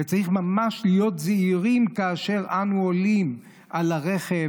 וצריך ממש להיות זהירים כאשר אנו עולים על הרכב,